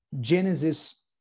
Genesis